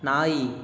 ನಾಯಿ